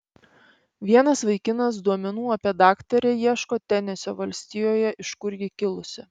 vienas vaikinas duomenų apie daktarę ieško tenesio valstijoje iš kur ji kilusi